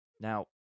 Now